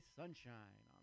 sunshine